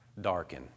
darken